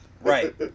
right